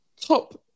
top